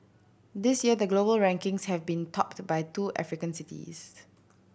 this year the global rankings have been topped by two African cities